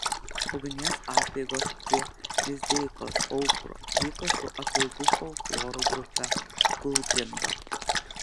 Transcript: ugnies apeigos prie lizdeikos aukuro vyko su apeigų folkloro grupe kūlgrinda